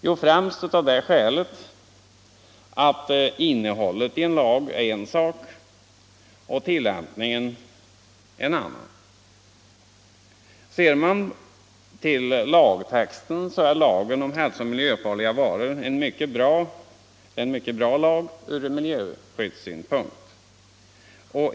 Jo, främst av det skälet att innehållet i en lag är en sak och tillämpningen en annan. Ser man till lagtexten är lagen om hälsooch miljöfarliga varor mycket bra från miljöskyddssynpunkt.